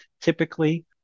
typically